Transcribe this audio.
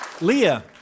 Leah